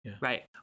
right